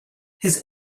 his